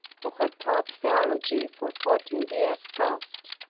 who had taught theology for fourteen years past,